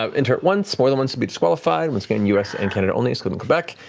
um enter it once. more than once, you'll be disqualified. once again, us and canada only, excluding quebec.